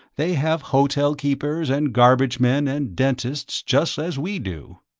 they have hotel keepers and garbage men and dentists just as we do.